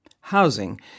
Housing